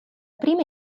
prima